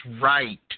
right